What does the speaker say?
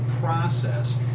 process